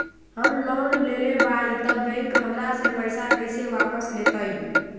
हम लोन लेलेबाई तब बैंक हमरा से पैसा कइसे वापिस लेतई?